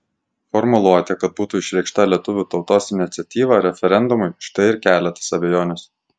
formuluotė kad būtų išreikšta lietuvių tautos iniciatyva referendumui štai ir kelia tas abejones